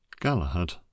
Galahad